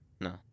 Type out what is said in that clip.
No